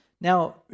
now